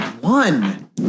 One